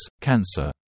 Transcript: cancer